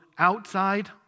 outside